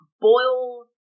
boil